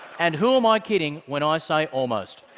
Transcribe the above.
and who am i kidding when i say almost?